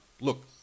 look